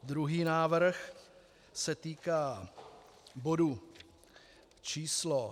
Druhý návrh se týká bodu číslo 197.